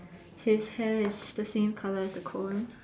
his hair is the same colour as the cone